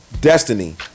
destiny